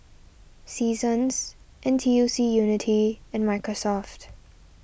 Seasons N T U C Unity and Microsoft